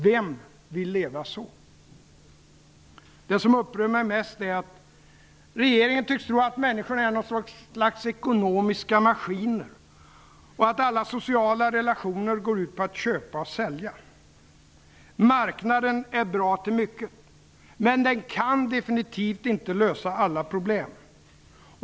Vem vill leva så? Det som upprör mig mest är att regeringen tycks tro att människor är något slags ekonomiska maskiner och att alla sociala relationer går ut på att köpa och sälja. Marknaden är bra till mycket, men den kan definitivt inte lösa alla problem.